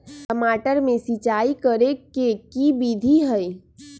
टमाटर में सिचाई करे के की विधि हई?